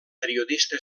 periodista